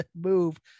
move